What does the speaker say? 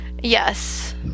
Yes